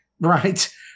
Right